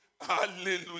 Hallelujah